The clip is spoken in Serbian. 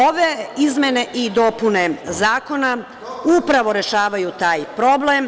Ove izmene i dopune zakona upravo rešavaju taj problem.